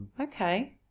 okay